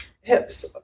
hips